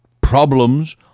problems